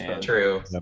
True